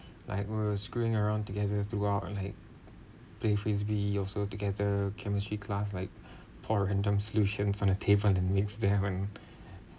like we're screwing around together throughout and like play frisbee also together chemistry class like pour a random solutions on a table and the next they when